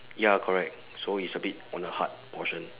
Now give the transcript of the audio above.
ya correct so it's a bit on the hard portion